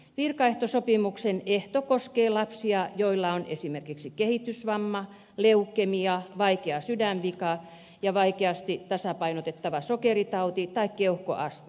virkaehtosopimuksen ehto koskee lapsia joilla on esimerkiksi kehitysvamma leukemia vaikea sydänvika vaikeasti tasapainotettava sokeritauti tai keuhkoastma